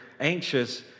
anxious